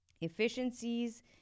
Efficiencies